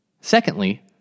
Secondly